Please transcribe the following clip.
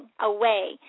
away